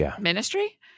ministry